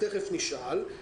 תכף נשאל.